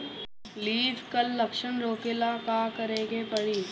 Leaf curl लक्षण रोकेला का करे के परी?